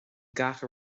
gach